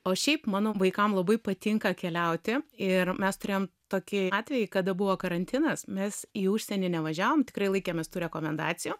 o šiaip mano vaikam labai patinka keliauti ir mes turėjom tokį atvėjį kada buvo karantinas mes į užsienį nevažiavom tikrai laikėmės tų rekomendacijų